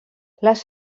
les